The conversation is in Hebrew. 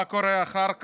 מה קורה אחר כך?